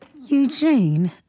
Eugene